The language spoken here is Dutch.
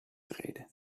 treden